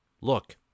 Look